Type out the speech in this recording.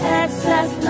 excess